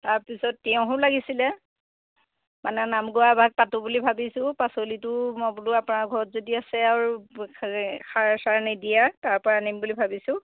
তাৰপিছত তিয়ঁহো লাগিছিলে মানে নাম গোৱা এভাগ পাতো বুলি ভাবিছোঁ পাচলিটোও মই বোলো আপোনালোকৰ ঘৰত যদি আছে আৰু সেই সাৰ চাৰ নিদিয়া তাৰপৰাই আনিম বুলি ভাবিছোঁ